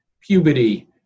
puberty